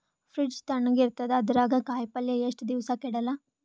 Fridge ತಣಗ ಇರತದ, ಅದರಾಗ ಕಾಯಿಪಲ್ಯ ಎಷ್ಟ ದಿವ್ಸ ಕೆಡಲ್ಲ?